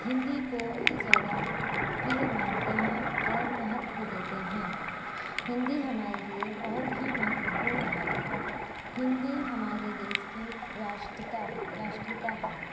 हिंदी को ही ज़्यादा प्रिय मानते हैं और महत्व देते हैं हिंदी हमारे लिए बहुत ही महत्वपूर्ण है हिंदी हमारे देश की राष्टता राष्ट्रीयता है